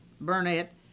Burnett